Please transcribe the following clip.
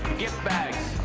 gift bags.